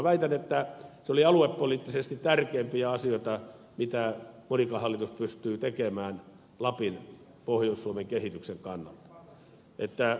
väitän että se oli aluepoliittisesti tärkeimpiä asioita mitä monikaan hallitus pystyy tekemään lapin pohjois suomen kehityksen kannalta